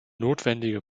notwendige